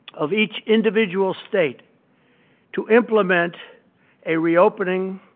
of each individual state to implement a reopening